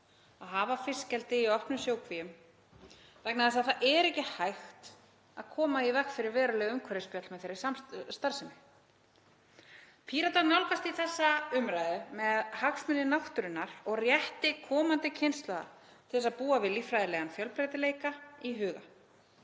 að hafa fiskeldi í opnum sjókvíum vegna þess að ekki er hægt að koma í veg fyrir veruleg umhverfisspjöll í þeirri starfsemi. Píratar nálgast því þessa umræðu með hagsmuni náttúrunnar og rétt komandi kynslóða til að búa við líffræðilegan fjölbreytileika í huga.